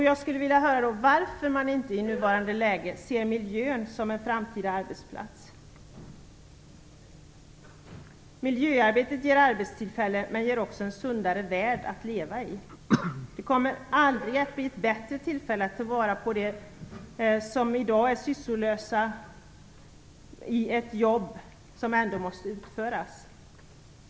Jag skulle vilja höra varför man i nuvarande läge inte kan se miljön som något som ger framtida arbetsplatser. Miljöarbetet ger arbetstillfällen men också en sundare värld att leva i. Det kommer aldrig att bli ett bättre tillfälle att ta vara på alla dem som är sysslolösa i dag i jobb som ändå måste utföras.